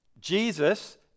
Jesus